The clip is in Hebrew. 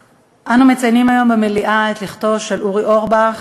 אנו מציינים היום במליאה את לכתו של אורי אורבך,